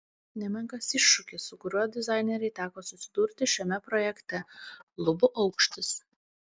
nemenkas iššūkis su kuriuo dizainerei teko susidurti šiame projekte lubų aukštis